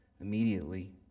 immediately